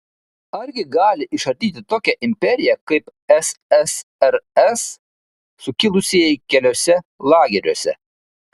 argi gali išardyti tokią imperiją kaip ssrs sukilusieji keliuose lageriuose